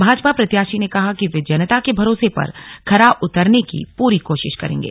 भाजपा प्रत्याशी ने कहा कि वे जनता के भरोसे पर खरा उतरने की पूरी कोशिश करेंगे